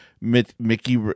Mickey